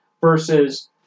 versus